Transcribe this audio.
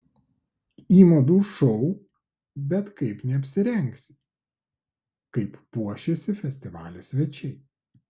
į madų šou bet kaip neapsirengsi kaip puošėsi festivalio svečiai